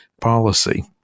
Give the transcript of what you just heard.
policy